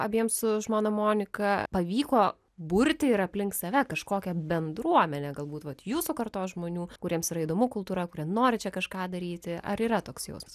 abiems su žmona monika pavyko burti ir aplink save kažkokią bendruomenę galbūt vat jūsų kartos žmonių kuriems yra įdomu kultūra kurie nori čia kažką daryti ar yra toks jausmas